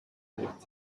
lebt